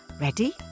Ready